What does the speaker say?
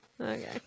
Okay